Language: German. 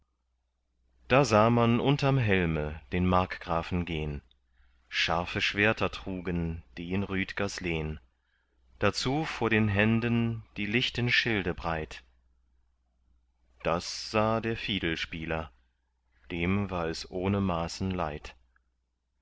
da sah man unterm helme den markgrafen gehn scharfe schwerter trugen die in rüdgers lehn dazu vor den händen die lichten schilde breit das sah der fiedelspieler dem war es ohne maßen leid